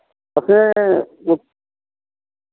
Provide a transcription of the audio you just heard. अच्छा एह्